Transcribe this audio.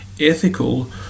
ethical